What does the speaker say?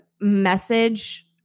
Message